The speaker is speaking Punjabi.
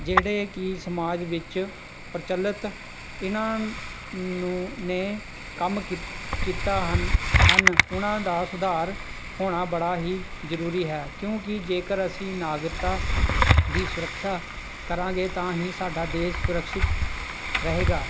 ਜਿਹੜੇ ਕਿ ਸਮਾਜ ਵਿੱਚ ਪ੍ਰਚੱਲਿਤ ਇਹਨਾਂ ਨੂੰ ਨੇ ਕੰਮ ਕੀ ਕੀਤਾ ਹਨ ਹਨ ਉਨ੍ਹਾਂ ਦਾ ਸੁਧਾਰ ਹੋਣਾ ਬੜਾ ਹੀ ਜ਼ਰੂਰੀ ਹੈ ਕਿਉਂਕਿ ਜੇਕਰ ਅਸੀਂ ਨਾਗਰਿਕਤਾ ਦੀ ਸੁਰੱਖਿਆ ਕਰਾਂਗੇ ਤਾਂ ਹੀ ਸਾਡਾ ਦੇਸ਼ ਸੁਰਕਸ਼ਿਤ ਰਹੇਗਾ